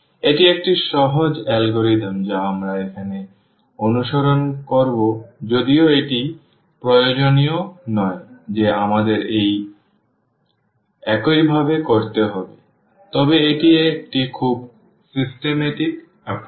এটি একটি সহজ অ্যালগরিদম যা আমরা এখানে অনুসরণ করব যদিও এটি প্রয়োজনীয় নয় যে আমাদের এটি এইভাবে করতে হবে তবে এটি একটি খুব পদ্ধতিগত পদ্ধতি